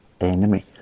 enemy